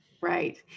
Right